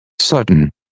Sutton